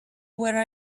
where